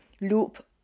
loop